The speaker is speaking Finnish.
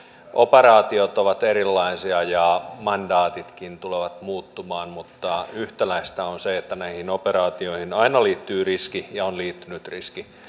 operaatiot ovat erilaisia ja mandaatitkin tulevat muuttumaan mutta yhtäläistä on se että näihin operaatioihin aina liittyy riski ja on liittynyt riski